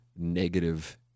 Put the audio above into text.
negative